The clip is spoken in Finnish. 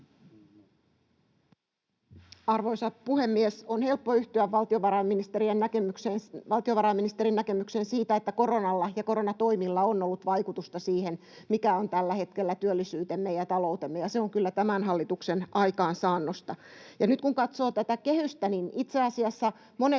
Arvoisa puhemies! On helppo yhtyä valtiovarainministerin näkemykseen siitä, että koronalla ja koronatoimilla on ollut vaikutusta siihen, mikä on tällä hetkellä työllisyytemme ja taloutemme, ja se on kyllä tämän hallituksen aikaansaannosta. Ja nyt, kun katsoo tätä kehystä, niin itse asiassa monet